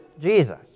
Jesus